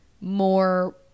more